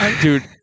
Dude